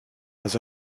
has